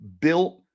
built